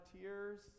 tears